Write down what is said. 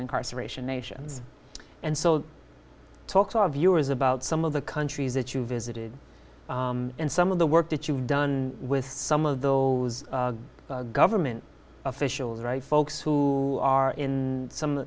incarceration nations and so talk to our viewers about some of the countries that you visited and some of the work that you've done with some of those government officials right folks who are in some